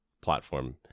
platform